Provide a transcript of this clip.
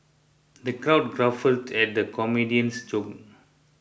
the crowd guffawed at the comedian's jokes